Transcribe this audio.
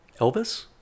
Elvis